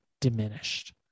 diminished